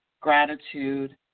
gratitude